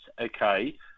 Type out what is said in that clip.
okay